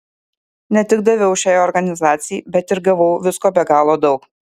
ne tik daviau šiai organizacijai bet ir gavau visko be galo daug